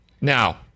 Now